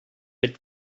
mit